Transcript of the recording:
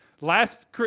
Last